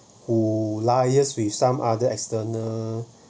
who liaise with some other external